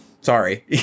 Sorry